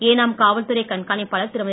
ஏனாம் காவல்துறை கண்காணிப்பாளர் திருமதி